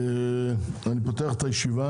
אני פותח את הישיבה,